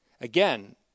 Again